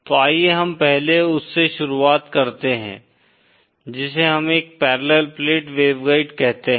तो आइए हम पहले उससे शुरुवात करते हैं जिसे हम एक पैरेलल प्लेट वेवगाइड कहते हैं